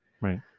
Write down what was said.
Right